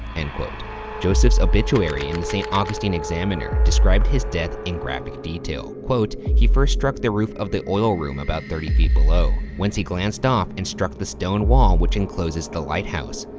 and but joseph's obituary in the st. augustine examiner described his death in graphic detail. he first struck the roof of the oil room about thirty feet below, whence he glanced off and struck the stone wall which encloses the lighthouse,